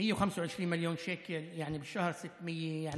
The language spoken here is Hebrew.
יהיה 125 שקל, כלומר בשנה אחת ייחסכו 600 שקל.